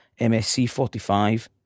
MSC45